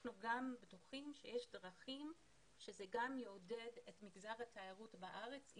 ואנחנו בטוחים שיש דרכים ויגרום לעידוד התיירות בארץ,